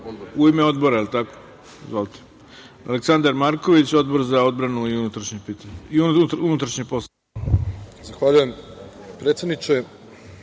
u ime Odbora? Izvolite. Aleksandar Marković, Odbor za odbranu i unutrašnje poslove.